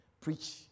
preach